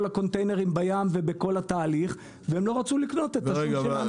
הקונטיינרים בים וכל התהליך והם לא רצו לקנות את השום שלנו.